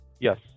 Yes